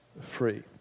free